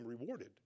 rewarded